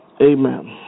Amen